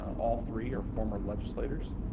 all three are former legislators.